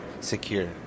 secure